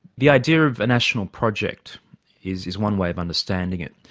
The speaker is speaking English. the idea of national project is is one way of understanding it.